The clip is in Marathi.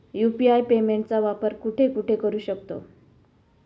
यु.पी.आय पेमेंटचा वापर कुठे कुठे करू शकतो?